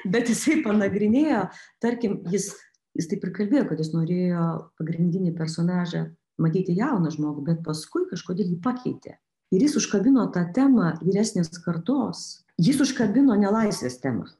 bet jisai panagrinėjo tarkim jis jis taip ir kalbėjo kad jis norėjo pagrindinį personažą matyti jauną žmogų bet paskui kažkodėl jį pakeitė ir jis užkabino tą temą vyresnės kartos jis užkabino nelaisvės temą